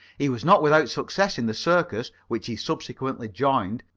he was not without success in the circus which he subsequently joined,